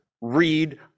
read